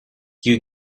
you